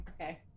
Okay